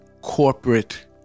corporate